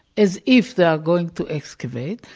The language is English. as if they are going to excavated.